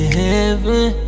heaven